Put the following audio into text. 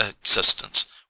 existence